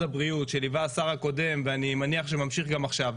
הבריאות שליווה השר הקודם ואני מניח שממשיך גם עכשיו,